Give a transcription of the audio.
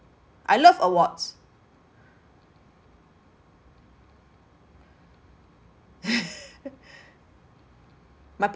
I love awards my